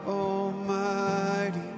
almighty